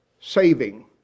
saving